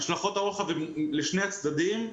השלכות הרוחב הן לשני הצדדים.